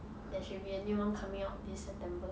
there should be a new one coming out this september